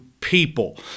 people